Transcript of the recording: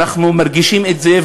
אנחנו מרגישים את זה.